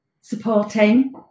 supporting